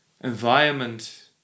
environment